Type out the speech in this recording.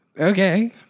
okay